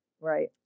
Right